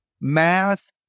Math